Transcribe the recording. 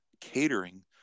catering